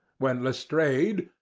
when lestrade,